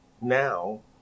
now